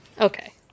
Okay